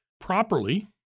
properly